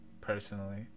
personally